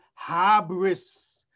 Habris